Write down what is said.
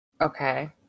okay